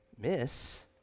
miss